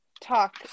talk